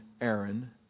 Aaron